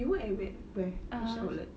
you work at where which outlet